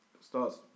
starts